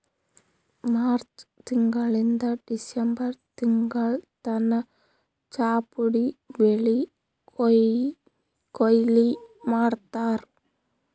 March ತಿಂಗಳಿಂದ್ December ತಿಂಗಳ್ ತನ ಚಾಪುಡಿ ಬೆಳಿ ಕೊಯ್ಲಿ ಮಾಡ್ತಾರ್